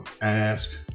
ask